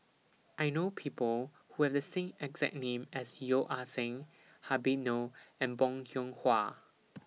I know People Who Have The same exact name as Yeo Ah Seng Habib Noh and Bong Hiong Hwa